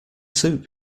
soup